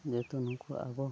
ᱡᱮᱦᱮᱛᱩ ᱱᱩᱠᱩ ᱟᱵᱚ